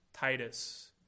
Titus